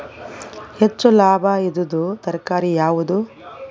ಹೆಚ್ಚು ಲಾಭಾಯಿದುದು ತರಕಾರಿ ಯಾವಾದು?